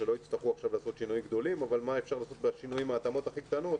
שלא יצטרכו עכשיו לעשות שינויים גדולים אבל אפשר לעשות התאמות קטנות